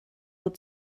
will